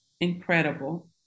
incredible